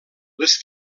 les